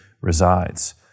resides